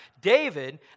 David